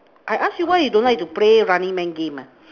I ask you why you don't like to play running man game ah